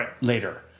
later